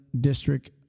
District